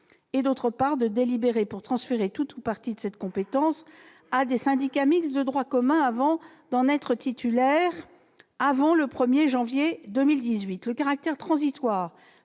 et, d'autre part, celle de délibérer pour transférer tout ou partie de cette compétence à des syndicats mixtes de droit commun, avant d'en être titulaires, avant le 1 janvier 2018. Compte tenu de